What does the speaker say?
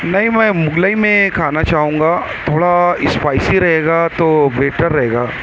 نہیں میں مغلئی میں کھانا چاہوں گا تھوڑا اسپائیسی رہے گا تو بیٹر رہے گا